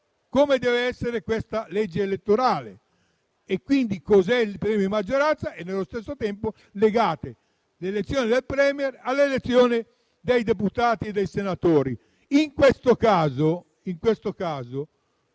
come dev'essere questa legge elettorale e quindi a quanto ammonta il premio di maggioranza; nello stesso tempo legate l'elezione del *Premier* all'elezione dei deputati e dei senatori. In questo caso,